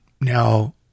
Now